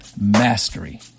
Mastery